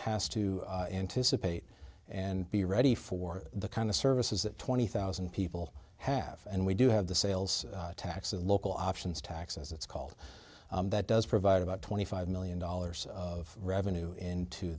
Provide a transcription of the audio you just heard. has to anticipate and be ready for the kind of services that twenty thousand people have and we do have the sales tax a local options tax as it's called that does provide about twenty five million dollars of revenue into